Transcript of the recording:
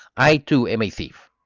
i, too, am a thief.